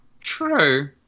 True